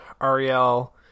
ariel